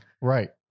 Right